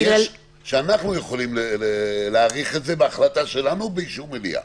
שאנחנו יכולים להאריך את זה בהחלטה שלנו ובאישור מליאה,